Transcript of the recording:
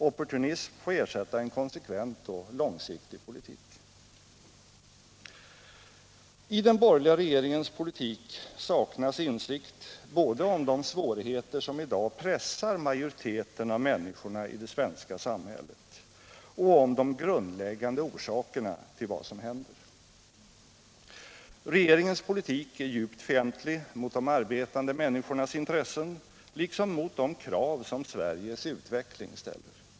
Opportunism får ersätta en konsekvent och långsiktig politik. I den borgerliga regeringens politik saknas insikt både om de svårigheter som i dag pressar majoriteten av människorna i det svenska samhället och om de grundläggande orsakerna till vad som händer. Regeringens politik är djupt fientlig mot de arbetande människornas intressen liksom mot de krav som Sveriges utveckling ställer.